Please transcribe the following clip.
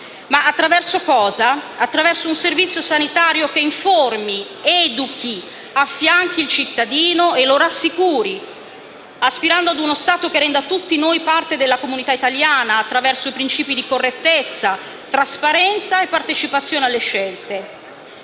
Ma attraverso cosa? Attraverso un servizio sanitario che informi, educhi, affianchi il cittadino e lo rassicuri, aspirando a uno Stato che renda tutti noi parte della comunità italiana attraverso principi di correttezza, trasparenza e partecipazione alle scelte.